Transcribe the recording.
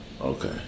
Okay